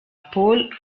paul